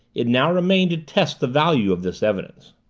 it now remained to test the value of this evidence.